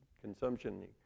consumption